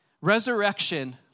resurrection